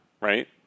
right